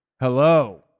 hello